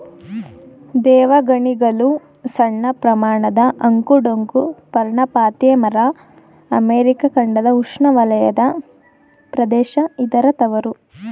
ದೇವಗಣಿಗಲು ಸಣ್ಣಪ್ರಮಾಣದ ಅಂಕು ಡೊಂಕು ಪರ್ಣಪಾತಿ ಮರ ಅಮೆರಿಕ ಖಂಡದ ಉಷ್ಣವಲಯ ಪ್ರದೇಶ ಇದರ ತವರು